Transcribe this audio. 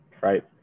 Right